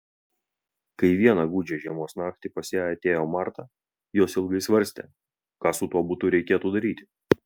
kai vieną gūdžią žiemos naktį pas ją atėjo marta jos ilgai svarstė ką su tuo butu reikėtų daryti